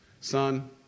Son